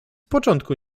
początku